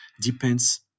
depends